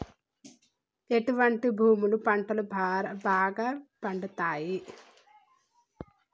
ఎటువంటి భూములలో పంటలు బాగా పండుతయ్?